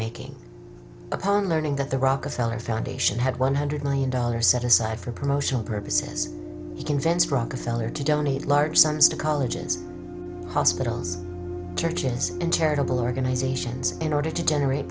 making upon learning that the rockefeller foundation had one hundred million dollars set aside for promotional purposes he convinced rockefeller to donate large sums to colleges hospitals churches and charitable organizations in order to generate